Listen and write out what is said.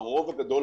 הרוב הגדול,